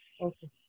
Okay